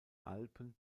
alpen